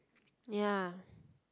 ya